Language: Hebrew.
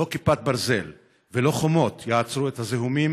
לא כיפת ברזל ולא חומות יעצרו את הזיהומים